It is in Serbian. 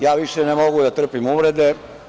Ja više ne mogu da trpim uvrede.